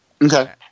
Okay